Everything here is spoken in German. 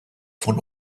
von